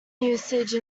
usage